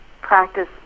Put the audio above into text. practice